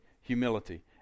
humility